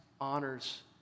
honors